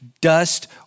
dust